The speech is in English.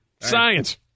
Science